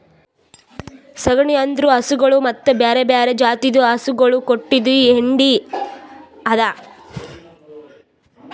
ಸಗಣಿ ಅಂದುರ್ ಹಸುಗೊಳ್ ಮತ್ತ ಬ್ಯಾರೆ ಬ್ಯಾರೆ ಜಾತಿದು ಹಸುಗೊಳ್ ಕೊಟ್ಟಿದ್ ಹೆಂಡಿ ಅದಾ